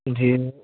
جی